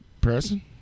person